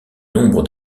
nombre